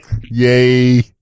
yay